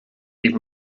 even